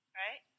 right